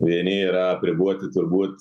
vieni yra apriboti turbūt